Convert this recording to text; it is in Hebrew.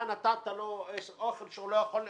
אתה נתת לו אוכל שהוא לא יכול לאכול.